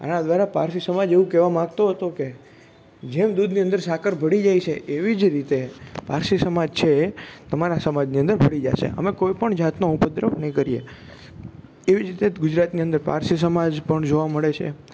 આના દ્વારા પારસી સમાજ એવું કહેવા માંગતો હતો કે જેમ દૂધની અંદર સાકર ભળી જાય છે એવી જ રીતે પારસી સમાજ છે એ તમારા સમાજની અંદર ભળી જશે અમે કોઈ પણ જાતનો ઉપદ્રવ નહીં કરીએ એવી જ રીતે ગુજરાતની અંદર પારસી સમાજ પણ જોવા મળે છે